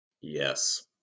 Yes